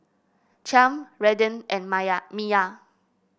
Chaim Redden and Maya Miya